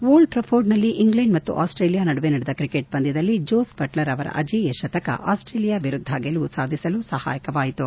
old ಟ್ರಿಕೋರ್ಡ್ನಲ್ಲಿ England ಮತ್ತು Australia ನಡುವೆ ನಡೆದ ಕ್ರಿಕೆಟ್ ಪಂದ್ಯದಲ್ಲಿ ಜೋಸ್ ಬಟ್ಲರ್ ಅವರ ಅಜೀಯ ಶತಕ ಆಸ್ಸೇಲಿಯಾ ವಿರುದ್ಧ ಗೆಲುವು ಸಾಧಿಸಲು ಸಹಾಯಕವಾಯಿತು